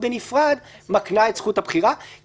לא תיפסק שוב חברותו בכנסת לפי הוראות